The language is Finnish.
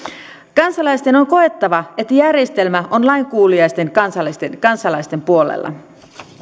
kansalaisten on koettava että järjestelmä on lainkuuliaisten kansalaisten kansalaisten puolella